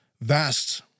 vast